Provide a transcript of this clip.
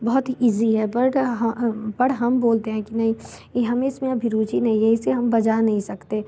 बहुत इज़ी है बट पर हम बोलते हैं कि नहीं हमें इस में भी रुचि नहीं है इसे हम बजा नहीं सकते